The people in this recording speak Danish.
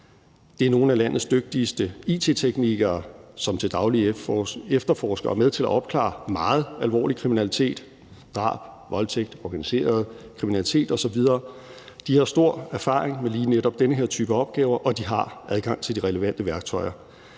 Det er nogle af landets dygtigste it-teknikere, som til daglig efterforsker og er med til at opklare meget alvorlig kriminalitet, drab, voldtægt, organiseret kriminalitet osv. De har stor erfaring med lige netop den her type opgaver, og de har adgang til de relevante værktøjer.